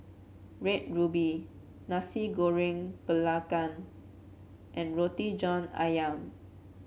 Red Ruby Nasi Goreng Belacan and Roti John ayam